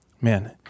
Man